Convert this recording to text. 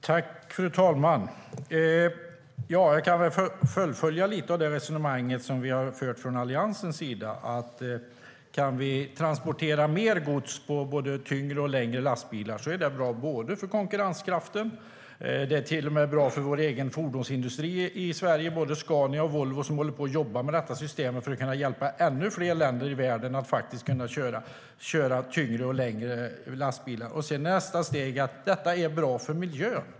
Fru talman! Jag kan fullfölja lite av det resonemang som vi i Alliansen har fört. Om vi kan transportera mer gods på både tyngre och längre lastbilar är det bra för konkurrenskraften och för vår egen fordonsindustri i Sverige. Både Scania och Volvo jobbar med detta system för att kunna hjälpa ännu fler länder i världen att köra tyngre och längre lastbilar. I nästa steg är det bra för miljön.